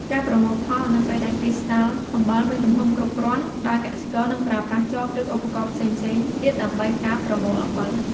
ការប្រមូលផល នៅពេលដែលគ្រីស្តាល់អំបិលមានទំហំគ្រប់គ្រាន់ ដោយកសិករនឹងប្រើប្រាស់ចប ឬឧបករណ៍ផ្សេងៗទៀតដើម្បីកើបប្រមូលអំបិល។